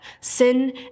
sin